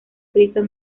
friso